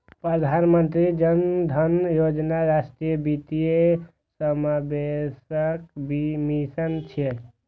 प्रधानमंत्री जन धन योजना राष्ट्रीय वित्तीय समावेशनक मिशन छियै